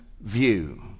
view